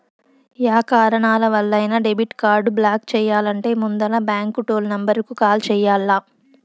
yeah కారణాలవల్లైనా debit card block చెయ్యాలంటే ముందల బాంకు టోల్ నెంబరుకు కాల్ చెయ్యాల్ల